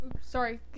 Sorry